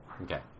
Okay